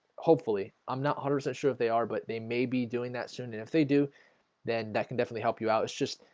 hopefully i'm not hunters not sure if they are but they may be doing that soon and if they do then that can definitely help you out. just